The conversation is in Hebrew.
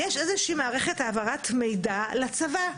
יש איזושהי מערכת העברת מידע לצבא.